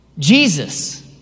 Jesus